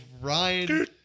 Ryan